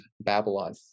Babylon